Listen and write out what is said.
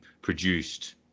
produced